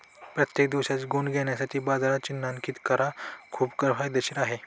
प्रत्येक दिवसाचे गुण घेण्यासाठी बाजारात चिन्हांकित करा खूप फायदेशीर आहे